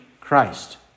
Christ